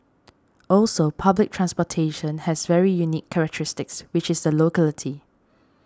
also public transportation has very unique characteristics which is the locality